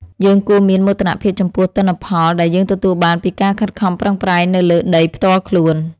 យើងគួរមានមោទនភាពចំពោះទិន្នផលដែលយើងទទួលបានពីការខិតខំប្រឹងប្រែងនៅលើដីផ្ទាល់ខ្លួន។